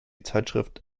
zeitschrift